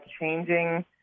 changing